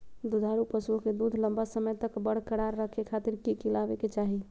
दुधारू पशुओं के दूध लंबा समय तक बरकरार रखे खातिर की खिलावे के चाही?